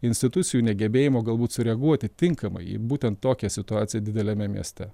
institucijų negebėjimo galbūt sureaguoti tinkamai į būtent tokią situaciją dideliame mieste